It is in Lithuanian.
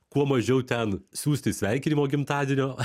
kuo mažiau ten siųsti sveikinimo gimtadienio